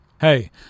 Hey